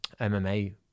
MMA